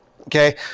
Okay